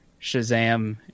Shazam